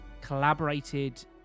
collaborated